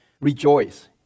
Rejoice